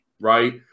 right